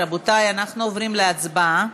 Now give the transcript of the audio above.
רבותי, אנחנו עוברים להצבעה.